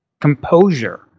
composure